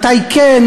מתי כן,